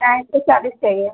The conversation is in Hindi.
गाय का चालीस चाहिए